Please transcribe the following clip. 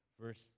verse